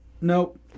Nope